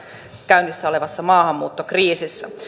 käynnissä olevassa maahanmuuttokriisissä